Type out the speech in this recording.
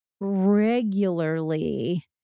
regularly